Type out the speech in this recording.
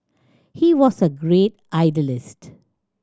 he was a great idealist